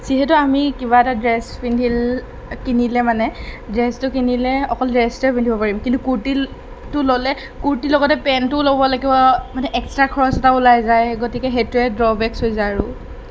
যিহেতু আমি কিবা এটা ড্ৰেচ পিন্ধিলে কিনিলে মানে ড্ৰেচটো কিনিলে অকল ড্ৰেচটোৱে পিন্ধিব পাৰিম কিন্তু কুৰ্তিটো ল'লে কুৰ্তিৰ লগতে পেণ্টটোও ল'ব লাগিব মানে এক্সট্ৰা খৰচ এটা ওলাই যায় গতিকে সেইটোৱে ড্ৰ'বেকচ হৈ যায় আৰু